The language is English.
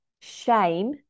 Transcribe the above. shame